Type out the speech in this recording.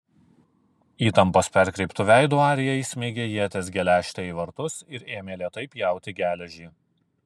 įtampos perkreiptu veidu arija įsmeigė ieties geležtę į vartus ir ėmė lėtai pjauti geležį